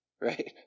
right